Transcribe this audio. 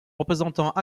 représentant